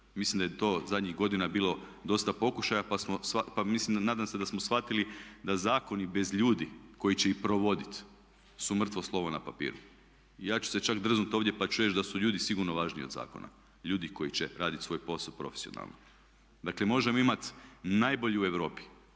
Mislim da je to zadnjih godina bilo dosta pokušaja pa mislim, nadam se da smo shvatili da zakoni bez ljudi koji će ih provoditi su mrtvo slovo na papiru. I ja ću se čak drznuti ovdje pa ću reći da su ljudi sigurno važniji od zakona, ljudi koji će raditi svoj posao profesionalno. Dakle možemo imati najbolji u Europi